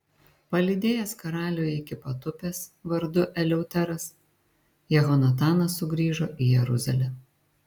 palydėjęs karalių iki pat upės vardu eleuteras jehonatanas sugrįžo į jeruzalę